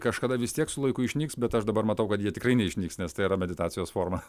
kažkada vis tiek su laiku išnyks bet aš dabar matau kad jie tikrai neišnyks nes tai yra meditacijos forma